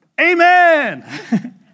Amen